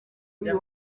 uyu